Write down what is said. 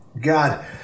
God